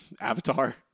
avatar